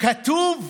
כתוב: